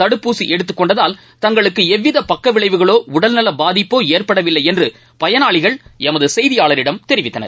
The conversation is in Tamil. தடுப்பூசி எடுத்துக்கொண்டதால் தங்களுக்கு எவ்வித பக்கவிளைவோ உடல்நலபாதிப்போ ஏற்படவில்லை என்று பயனாளிகள் எமது செய்தியாளரிடம் தெரிவித்தனர்